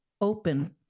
open